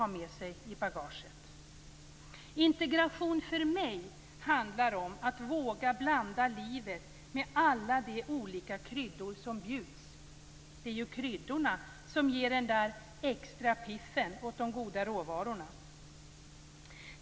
För mig handlar integration om att våga blanda livet med alla de olika kryddor som bjuds. Det är ju kryddorna som ger den där extra piffen åt de goda råvarorna.